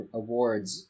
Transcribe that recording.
awards